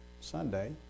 Sunday